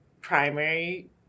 primary